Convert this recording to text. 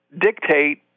dictate